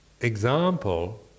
example